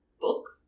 book